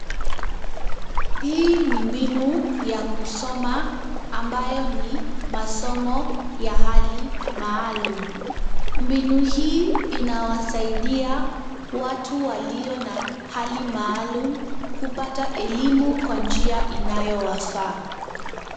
Hii ni mbinu ya kusoma ambayo ni masomo ya hali maalumu. Mbinu hii inawasaidia watu walio na hali maalumu, kupata elimu kwa njia inayo wafaa.